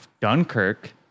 Dunkirk